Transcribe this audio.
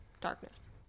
darkness